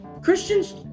Christians